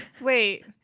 Wait